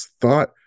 thought